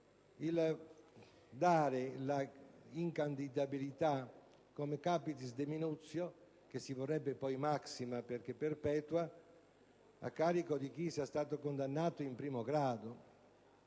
dare la incandidabilità come *capitis deminutio* - che si vorrebbe come *maxima* perché perpetua **-** a carico di chi sia stato condannato in primo grado.